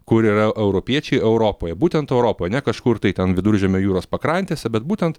kur yra europiečiai europoje būtent europoj ne kažkur tai ten viduržemio jūros pakrantėse bet būtent